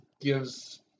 gives